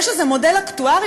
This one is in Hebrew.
יש איזה מודל אקטוארי?